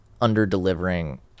under-delivering